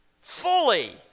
fully